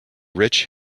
rich